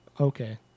Okay